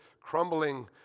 crumbling